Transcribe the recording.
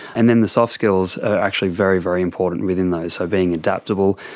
and then the soft skills are actually very, very important within those, so being adaptable.